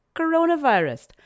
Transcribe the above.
coronavirus